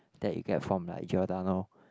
that you get from Giordano